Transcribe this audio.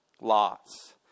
Lots